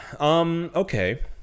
Okay